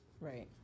Right